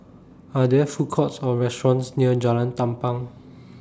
Are There Food Courts Or restaurants near Jalan Tampang